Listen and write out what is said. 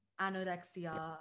anorexia